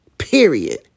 Period